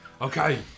Okay